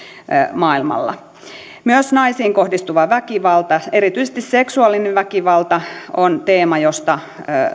maailmalla myös naisiin kohdistuva väkivalta erityisesti seksuaalinen väkivalta on teema josta